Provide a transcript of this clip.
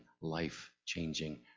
life-changing